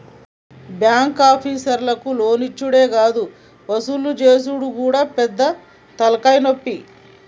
బాంకాపీసర్లకు లోన్లిచ్చుడే గాదు వసూలు జేసుడు గూడా పెద్ద తల్కాయనొప్పి